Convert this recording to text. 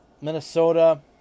Minnesota